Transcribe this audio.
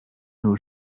nos